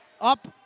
Up